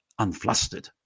Unflustered